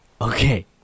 okay